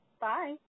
Bye